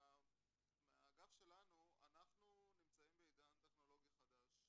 מהאגף שלנו אנחנו נמצאים בעידן טכנולוגי חדש.